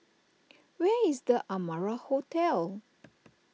where is the Amara Hotel